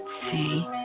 see